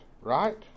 Right